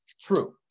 true